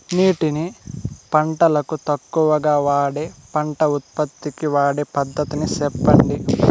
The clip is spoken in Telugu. నీటిని పంటలకు తక్కువగా వాడే పంట ఉత్పత్తికి వాడే పద్ధతిని సెప్పండి?